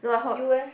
you eh